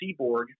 Seaborg